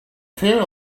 ferry